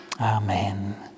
Amen